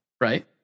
right